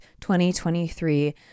2023